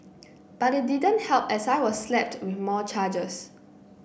but it didn't help as I was slapped with more charges